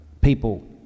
people